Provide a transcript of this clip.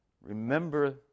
Remember